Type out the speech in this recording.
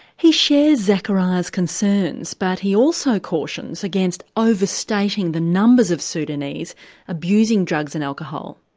he shares zakaria's concerns but he also cautions against overstating the numbers of sudanese abusing drugs and alcohol.